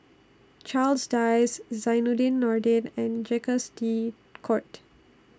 Charles Dyce Zainudin Nordin and Jacques De Coutre